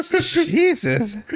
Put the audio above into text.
Jesus